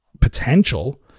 potential